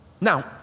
Now